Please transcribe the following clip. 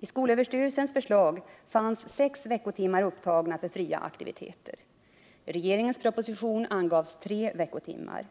I skolöverstyrelsens förslag fanns sex veckotimmar upptagna för fria aktiviteter. I regeringens proposition angavs tre veckotimmar.